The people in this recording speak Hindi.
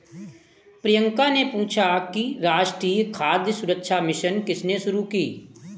प्रियंका ने पूछा कि राष्ट्रीय खाद्य सुरक्षा मिशन किसने शुरू की?